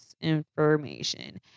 information